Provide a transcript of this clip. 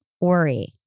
worry